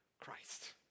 Christ